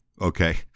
okay